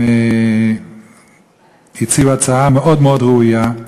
הם הציעו הצעה מאוד מאוד ראויה.